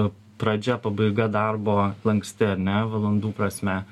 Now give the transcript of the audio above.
pradžia pabaiga darbo lanksti ar ne valandų prasme